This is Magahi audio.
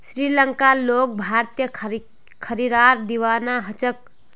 श्रीलंकार लोग भारतीय खीरार दीवाना ह छेक